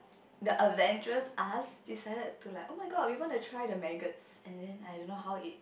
the adventurous us decided to like oh-my-god we want to try the maggots and then I don't know how it